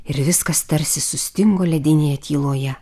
ir viskas tarsi sustingo ledinėje tyloje